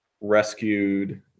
rescued